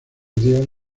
días